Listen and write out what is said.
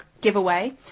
giveaway